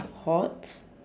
hot